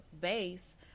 base